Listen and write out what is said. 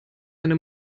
eine